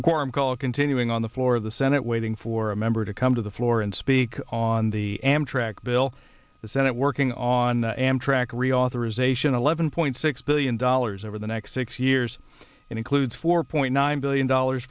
forward corum call continuing on the floor of the senate waiting for a member to come to the floor and speak on the amtrak bill the senate working on amtrak reauthorization eleven point six billion dollars over the next six years and includes four point nine billion dollars